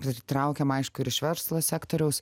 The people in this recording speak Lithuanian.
pritraukiam aišku ir iš verslo sektoriaus